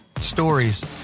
Stories